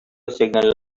signal